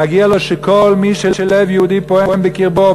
מגיע לו שכל מי שלב יהודי פועם בקרבו,